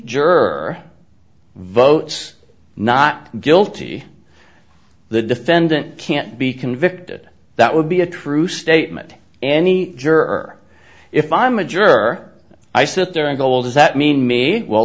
jerk votes not guilty the defendant can't be convicted that would be a true statement any juror if i'm a juror i sit there and goal does that mean me well